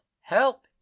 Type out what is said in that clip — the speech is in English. Help